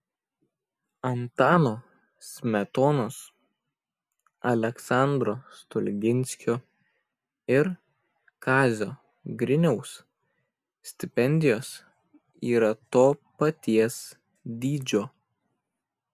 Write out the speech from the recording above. antano smetonos aleksandro stulginskio ir kazio griniaus stipendijos yra to paties dydžio